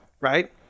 Right